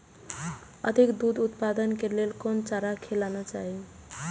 अधिक दूध उत्पादन के लेल कोन चारा खिलाना चाही?